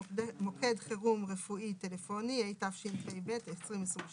מוקד חירום רפואי טלפוני, התשפ"ב-2022